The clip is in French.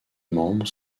membres